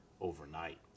overnight